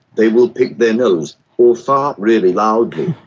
they will pick their nose or fart really loudly.